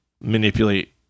manipulate